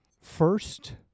First